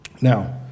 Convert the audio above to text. Now